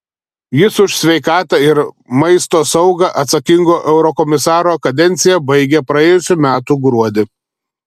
jis už sveikatą ir maisto saugą atsakingo eurokomisaro kadenciją baigė praėjusių metų gruodį